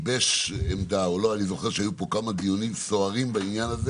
אני זוכר שהיו פה כמה דיונים סוערים בעניין,